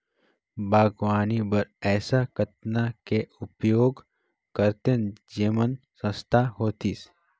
बागवानी बर ऐसा कतना के उपयोग करतेन जेमन सस्ता होतीस?